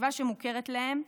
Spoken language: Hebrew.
מהסביבה שמוכרת להן,